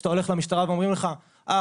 כשאתה הולך למשטרה ואומרים לך: אה,